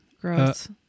Gross